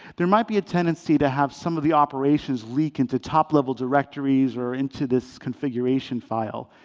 there might be a tendency to have some of the operations leak into top level directories or into this configuration file.